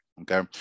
Okay